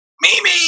mimi